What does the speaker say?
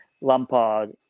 Lampard